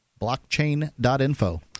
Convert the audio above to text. Blockchain.info